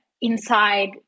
inside